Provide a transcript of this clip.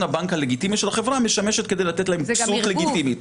הבנק הלגיטימי של החברה משמש לתת להם זכות לגיטימית.